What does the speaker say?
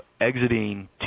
exiting